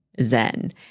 zen